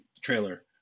trailer